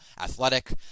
athletic